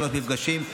שלושה מפגשים.